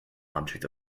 object